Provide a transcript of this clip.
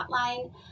hotline